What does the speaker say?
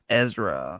ezra